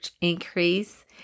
increase